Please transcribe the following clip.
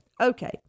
Okay